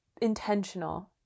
intentional